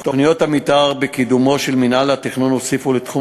תוכניות המתאר בקידומו של מינהל התכנון הוסיפו לתחום